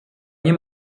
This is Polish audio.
nie